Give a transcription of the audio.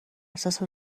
اساس